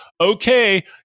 okay